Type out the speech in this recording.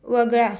वगळा